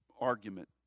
argument